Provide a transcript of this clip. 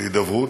להידברות,